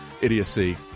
idiocy